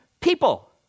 people